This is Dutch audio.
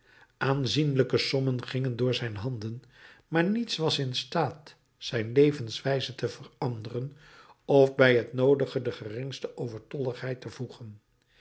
aanzienlijke sommen gingen door zijn handen maar niets was in staat zijn levenswijze te veranderen of bij het noodige de geringste overtolligheid te voegen